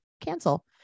Cancel